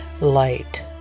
light